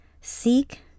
seek